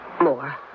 more